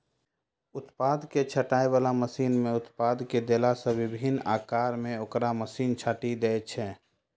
उत्पाद के छाँटय बला मशीन मे उत्पाद के देला सॅ विभिन्न आकार मे ओकरा मशीन छाँटि दैत छै